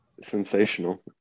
Sensational